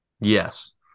Yes